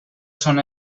son